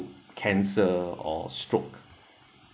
cancer or stroke